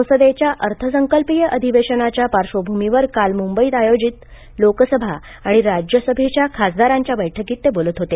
संसदेच्या अर्थसंकल्पीय अधिवेशनाच्या पार्श्वभूमीवर काल मुंबईत आयोजित लोकसभा आणि राज्यसभेच्या खासदारांच्या बैठकीत ते बोलत होते